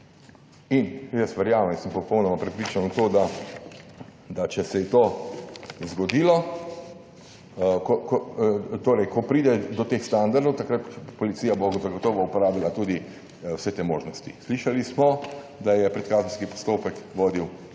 In verjamem, sem popolnoma prepričan v to, da da če se je to zgodilo, torej ko pride do teh standardov, takrat policija bo zagotovo uporabila tudi vse te možnosti. Slišali smo, da je predkazenski postopek vodil